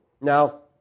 Now